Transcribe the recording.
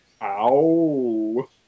Ow